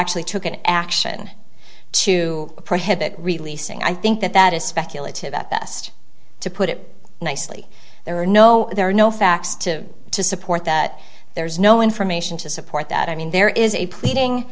actually took an action to prohibit releasing i think that that is speculative at best to put it nicely there are no there are no facts to support that there is no information to support that i mean there is a pleading